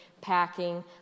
packing